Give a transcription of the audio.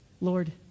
Lord